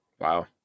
Wow